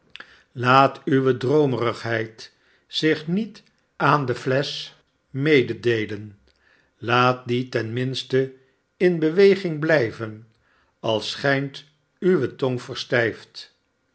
laat uwe droomerigheid zich niet aan de flesch mededeelen laat die ten minste in beweging blijven al schijnt uwe tong verstijfd